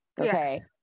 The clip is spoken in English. okay